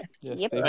Yes